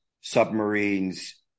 submarines